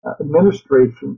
administration